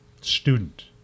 student